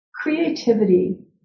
creativity